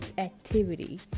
activity